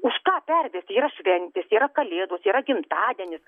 už ką pervest yra šventės yra kalėdos yra gimtadienis